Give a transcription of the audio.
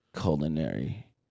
culinary